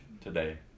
today